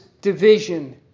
division